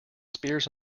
spears